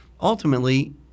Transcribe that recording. Ultimately